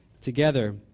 together